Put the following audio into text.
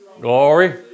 Glory